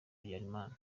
habyarimana